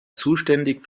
zuständig